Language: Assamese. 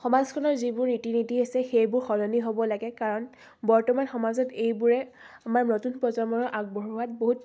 সমাজখনৰ যিবোৰ ৰীতি নীতি আছে সেইবোৰ সলনি হ'ব লাগে কাৰণ বৰ্তমান সমাজত এইবোৰে আমাৰ নতুন প্ৰজন্মক আগবঢ়োৱাত বহুত